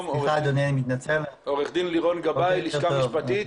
גבאי, הלשכה המשפטית,